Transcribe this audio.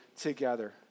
together